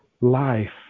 life